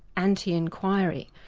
anti-inquiry,